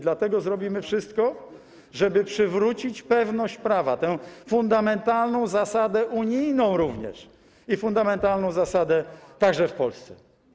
Dlatego zrobimy wszystko, żeby przywrócić pewność prawa, tę fundamentalną zasadę unijną i fundamentalną zasadę także w Polsce.